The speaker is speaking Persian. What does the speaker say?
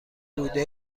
بوده